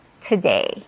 today